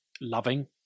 loving